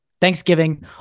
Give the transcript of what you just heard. Thanksgiving